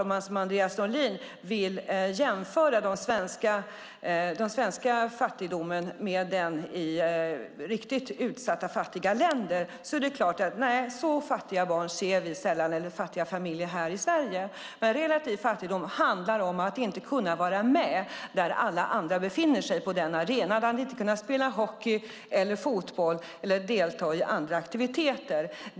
Om man som Andreas Norlén vill jämföra fattigdomen i Sverige med den i riktigt utsatta och fattiga länder är det klart att vi sällan ser så fattiga barn eller familjer här i Sverige. Men relativ fattigdom handlar om att inte kunna vara med där alla andra befinner sig, inte kunna vara på arenan, inte kunna spela hockey eller fotboll eller delta i andra aktiviteter.